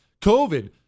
COVID